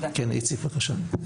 איציק בבקשה.